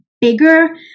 bigger